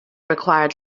required